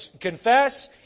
confess